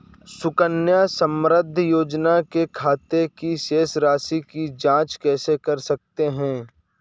सुकन्या समृद्धि योजना के खाते की शेष राशि की जाँच कैसे कर सकते हैं?